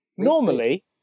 Normally